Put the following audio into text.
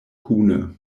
kune